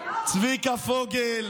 צביקה פוגל,